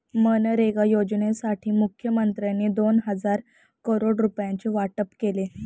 मनरेगा योजनेसाठी मुखमंत्र्यांनी दोन हजार करोड रुपयांचे वाटप केले